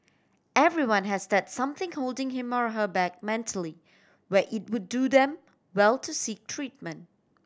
everyone has that something holding him or her back mentally where it would do them well to seek treatment